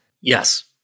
Yes